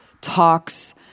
talks